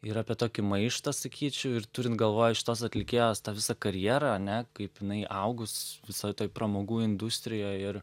ir apie tokį maištą sakyčiau ir turint galvoj šitos atlikėjos visą karjerą ane kaip jinai augus visoj toj pramogų industrijoj ir